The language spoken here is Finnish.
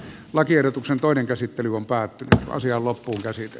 lakiehdotuksen toinen käsittely on päättynyt ja asia loppuunkäsite